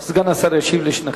סגן השר ישיב לשתיכן.